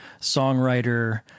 songwriter